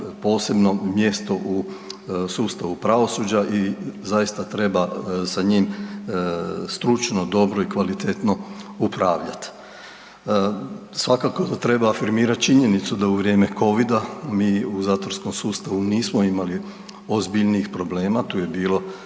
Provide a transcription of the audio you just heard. posebno mjesto u sustavu pravosuđa i zaista treba sa njim stručno, dobro i kvalitetno upravljati. Svakako da treba afirmirati činjenicu da u vrijeme Covida mi u zatvorskom sustavu nismo imali ozbiljnijih problema tu je bilo